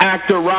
Actor